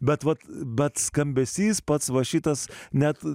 bet vat bet skambesys pats va šitas net